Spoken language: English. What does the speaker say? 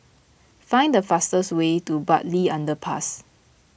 find the fastest way to Bartley Underpass